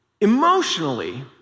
Emotionally